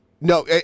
no